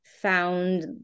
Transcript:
found